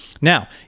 Now